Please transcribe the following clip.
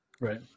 right